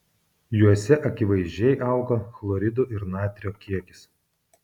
juose akivaizdžiai auga chloridų ir natrio kiekis